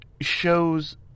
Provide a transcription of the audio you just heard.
shows